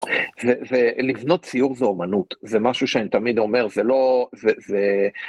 ולבנות ציור זה אומנות זה משהו שאני תמיד אומר זה לא זה זה…